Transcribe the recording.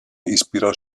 ispirò